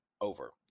over